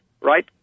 right